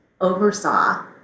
oversaw